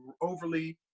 overly